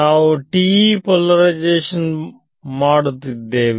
ನಾವು TE polarisation ಮಾಡುತ್ತಿದ್ದೇವೆ